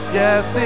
yes